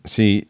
See